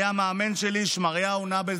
היה המאמן שלי שמריהו נאבל,